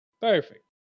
Perfect